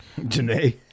Janae